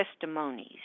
testimonies